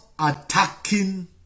attacking